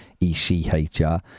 ECHR